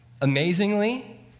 Amazingly